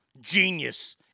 genius